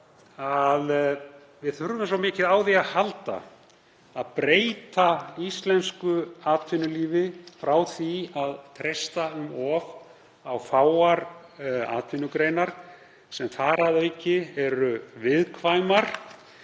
Við þurfum svo mikið á því að halda að breyta íslensku atvinnulífi frá því að treysta um of á fáar atvinnugreinar sem þar að auki eru viðkvæmar.